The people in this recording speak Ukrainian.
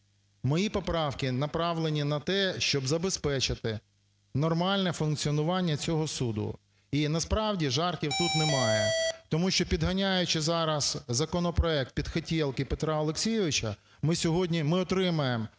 мої поправки направлені на те, щоб забезпечити нормальне функціонування цього суду. І, насправді, жартів тут немає, тому що, підганяючи зараз законопроект під "хотєлки" Петра Олексійовича, ми сьогодні… ми отримаємо